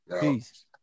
Peace